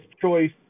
choice